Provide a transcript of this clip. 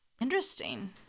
Interesting